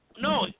No